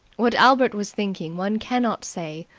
what albert was thinking one cannot say.